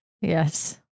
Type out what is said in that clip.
Yes